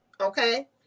okay